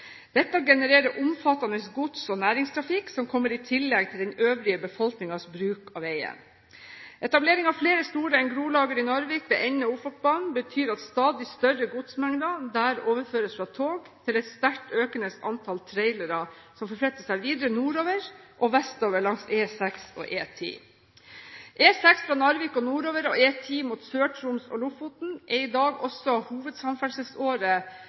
Dette genererer omfattende gods- og næringstrafikk som kommer i tillegg til den øvrige befolkningens bruk av veien. Etablering av flere store engroslagre i Narvik ved enden av Ofotbanen betyr at stadig større godsmengder overføres fra tog til et sterkt økende antall trailere, som forflytter seg videre nordover og vestover langs E6 og E10. E6 fra Narvik og nordover og E10 mot Sør-Troms og Lofoten er i dag også